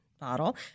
bottle